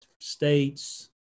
states